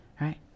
right